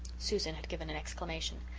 susan had given an exclamation.